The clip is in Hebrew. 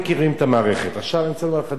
עכשיו אני רוצה לומר לך דבר מאוד חשוב,